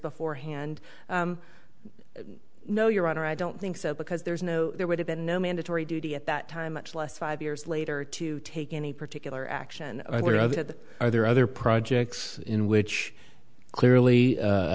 beforehand no your honor i don't think so because there's no there would have been no mandatory duty at that time much less five years later to take any particular action i do know that are there other projects in which clearly